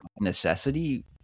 necessity